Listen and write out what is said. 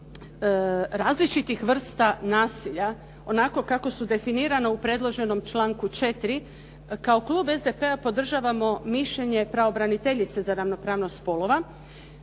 različitih vrsta nasilja onako kako su definirana u predloženom članku 4., kao Klub SDP-a, podržavamo mišljenje pravobraniteljice za ravnopravnost spolova